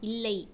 இல்லை